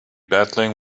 battling